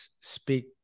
speak